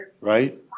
Right